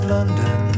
London